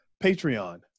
Patreon